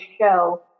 show